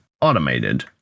automated